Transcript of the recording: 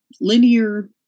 linear